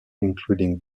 including